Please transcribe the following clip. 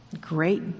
Great